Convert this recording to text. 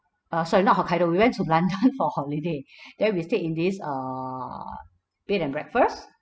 uh sorry not hokkaido we went to london for holiday then we stayed in this err bed and breakfast